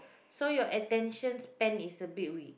so your attention span is a bit weak